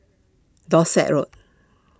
Dorset Road